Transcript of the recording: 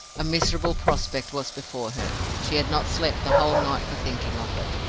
a miserable prospect was before her she had not slept the whole night for thinking of it.